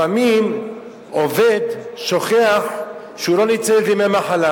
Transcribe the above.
לפעמים עובד שוכח שהוא לא ניצל את ימי המחלה,